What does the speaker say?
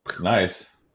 Nice